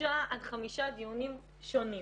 שלושה עד חמישה דיונים שונים.